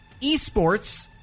esports